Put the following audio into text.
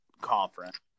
conference